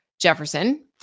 Jefferson